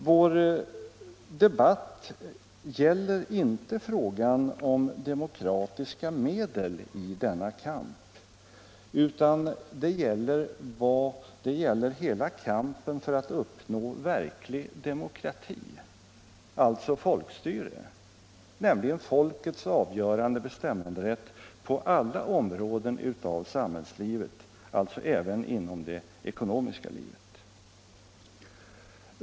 Vår debatt gäller inte frågan om demokratiska medel i denna kamp, utan den gäller hela kampen för att uppnå verklig demokrati — folkstyre, folkets avgörande bestämmanderätt på alla områden av samhällslivet, alltså ävén inom det ekonomiska livet.